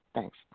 Thanks